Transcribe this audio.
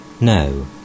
no